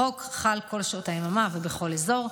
החוק חל כל שעות היממה ובכל אזור.